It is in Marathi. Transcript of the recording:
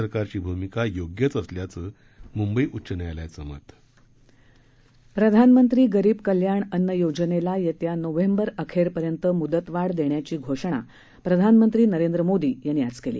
सरकारची भूमिका योग्यच असल्याचं मुंबई उच्च न्यायालयाचं मत प्रधानमंत्री गरीब कल्याण अन्न योजनेला येत्या नोव्हेंबर अखेरपर्यंत मुदतवाढ देण्याची घोषणा प्रधानमंत्री नरेंद्र मोदी यांनी आज केली